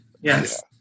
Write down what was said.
Yes